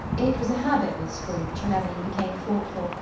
it was a habit with scrooge, whenever he became thoughtful,